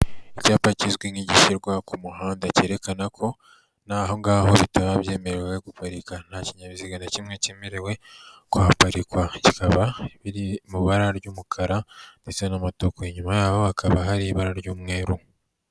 Icyapa kizwi nk'igishyirwa ku muhanda cyerekana ko naho ngaho bitaba byemerewe guparika, nta kinyabiziga na kimwe cyemerewe guhaparikwa. Kikaba biri mu ibara ry'umukara ndetse n'amatuku inyuma yaho hakaba hari ibara ry'umweru.